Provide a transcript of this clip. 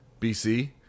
BC